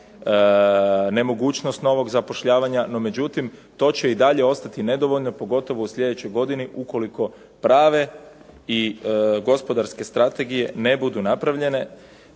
nemogućnost novog zapošljavanja, no međutim to će i dalje ostati nedovoljno, pogotovo u sljedećoj godini ukoliko prave i gospodarske strategije ne budu napravljene.